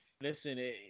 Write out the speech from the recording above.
listen